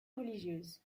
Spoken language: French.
religieuses